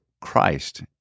Christ